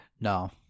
No